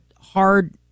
hard